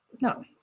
no